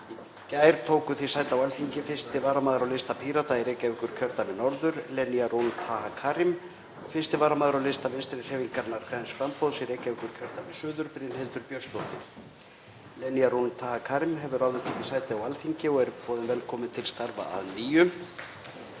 gær tóku því sæti á Alþingi 1. varamaður á lista Pírata í Reykjavíkurkjördæmi norður, Lenya Rún Taha Karim, og 1. varamaður á lista Vinstrihreyfingarinnar – græns framboðs í Reykjavíkurkjördæmi suður, Brynhildur Björnsdóttir. Lenya Rún Taha Karim hefur áður tekið sæti á Alþingi og er boðin velkomin til starfa að nýju.